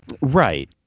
Right